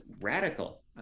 radical